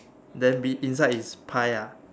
then in~ inside is pie ah